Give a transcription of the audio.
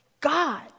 God